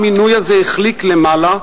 המינוי הזה החליק למעלה,